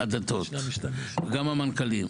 בשאר המקומות.